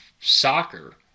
soccer